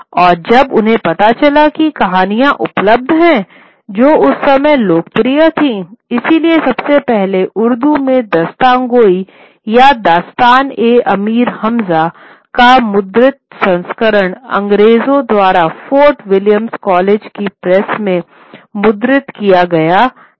और जब उन्हें पता चला कि कहानियां उपलब्ध हैं जो उस समय लोकप्रिय थी इसलिए सबसे पहले उर्दू में दास्तानगोई या दास्तान ए अमीर हमजा का मुद्रित संस्करण अंग्रेजों द्वारा फोर्ट विलियम्स कॉलेज की प्रेस में मुद्रित किया गया था